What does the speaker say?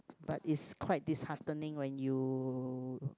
but is quite disheartening when you